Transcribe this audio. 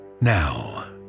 Now